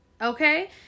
Okay